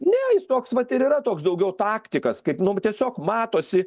ne jis toks vat ir yra toks daugiau taktikas kaip mum tiesiog matosi